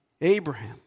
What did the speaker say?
Abraham